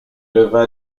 leva